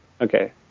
Okay